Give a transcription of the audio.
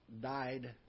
died